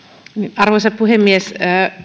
arvoisa puhemies